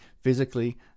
physically